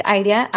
idea